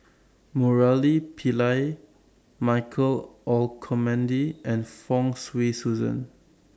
Murali Pillai Michael Olcomendy and Fong Swee Suan